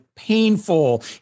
painful